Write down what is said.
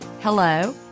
hello